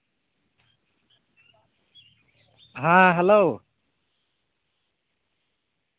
ᱦᱮᱸ ᱦᱮᱞᱳ